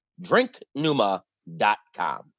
drinknuma.com